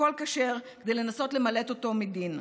הכול כשר כדי לנסות ולמלט אותו מדין.